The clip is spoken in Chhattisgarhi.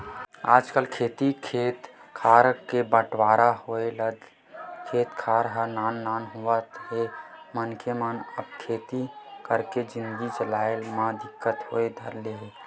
आजकल खेती खेत खार के बंटवारा होय ले खेत खार ह नान नान होवत हे मनखे मन अब खेती करके जिनगी चलाय म दिक्कत होय ल धरथे